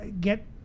get